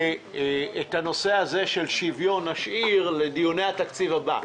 את הנושא הזה של שוויון נשאיר לדיוני התקציב הבא.